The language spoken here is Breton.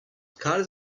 kalz